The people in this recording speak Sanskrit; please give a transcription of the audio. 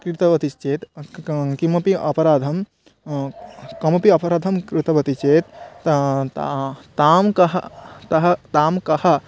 कृतवतीश्चेत् क् कमपि अपराधं कमपि अपराधं कृतवती चेत् तां कः तः तां कः